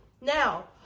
Now